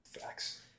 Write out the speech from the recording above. Facts